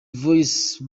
voice